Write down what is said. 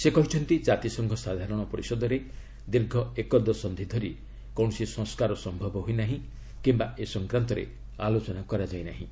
ସେ କହିଛନ୍ତି ଜାତିସଂଘ ସାଧାରଣ ପରିଷଦରେ ଦୀର୍ଘ ଏକ ଦଶନ୍ଧି ଧରି କୌଣସି ସଂସ୍କାର ସମ୍ଭବ ହୋଇନାହିଁ କିମ୍ବା ଏ ସଂକ୍ରାନ୍ତରେ ଆଲୋଚନା କରାଯାଇନାହିଁ